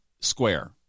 square